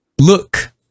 look